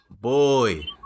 boy